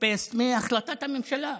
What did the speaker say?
copy-paste מהחלטת הממשלה,